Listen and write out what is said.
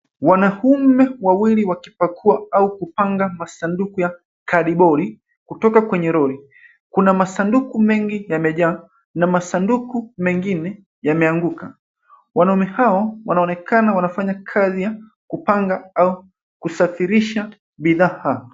Wanaume wawili wakipakua au kupanga masanduku ya kadibodi kutoka kwenye lori. Kuna masanduku mengi yamejaa na masanduku mengine yameanguka. Wanaume hao wanaonekana wanafanya kazi ya kupanga au kusafirisha bidhaa.